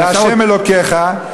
לה' אלוקיך.